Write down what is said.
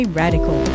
radical